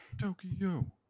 Tokyo